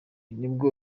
nibwo